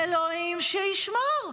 אלוהים שישמור,